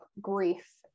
grief